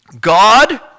God